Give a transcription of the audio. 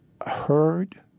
heard